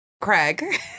craig